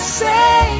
say